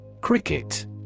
Cricket